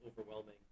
overwhelming